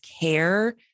care